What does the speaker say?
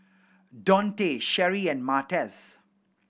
Donte Sherri and Martez